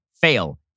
fail